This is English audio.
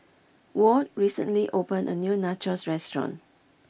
Ward recently opened a new Nachos restaurant